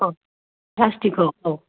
औ प्लासटिकखौ औ